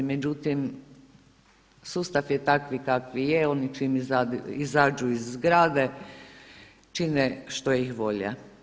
Međutim sustav je takav kakav je, on čim izađu iz zgrade čine što ih volja.